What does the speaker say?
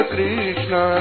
Krishna